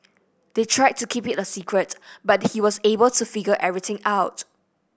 they tried to keep it a secret but he was able to figure everything out